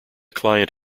client